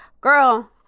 girl